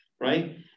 right